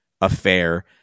affair